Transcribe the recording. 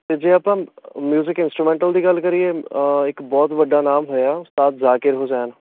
ਅਤੇ ਜੇ ਆਪਾਂ ਅ ਮਿਊਜ਼ਿਕ ਇੰਸਟਰੂਮੈਂਟਲ ਦੀ ਗੱਲ ਕਰੀਏ ਇੱਕ ਬਹੁਤ ਵੱਡਾ ਨਾਮ ਹੋਇਆ ਉਸਤਾਦ ਜ਼ਾਕਿਰ ਹੁਸੈਨ